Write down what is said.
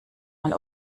mal